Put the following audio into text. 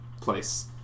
place